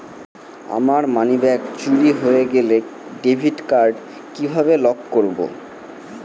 আমার মানিব্যাগ চুরি হয়ে গেলে ডেবিট কার্ড কিভাবে লক করব?